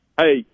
hey